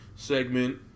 segment